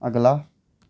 अगला